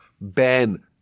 ben